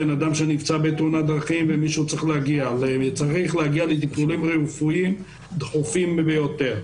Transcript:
אדם שנפצע בתאונת דרכים וצריך להגיע לטיפולים רפואיים דחופים ביותר.